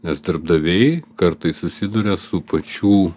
nes darbdaviai kartais susiduria su pačių